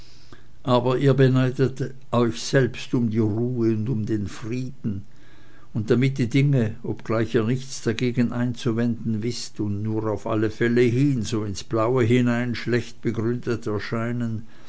aber ihr beneidet euch selbst um die ruhe und um den frieden und damit die dinge obgleich ihr nichts dagegen einzuwenden wißt und nur auf alle fälle hin so ins blaue hinein schlecht begründet erscheinen